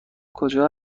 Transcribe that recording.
کجا